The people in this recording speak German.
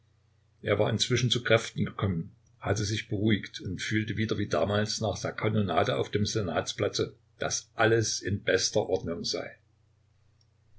er war inzwischen zu kräften gekommen hatte sich beruhigt und fühlte wieder wie damals nach der kanonade auf dem senatsplatze daß alles in bester ordnung sei